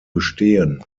bestehen